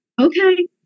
Okay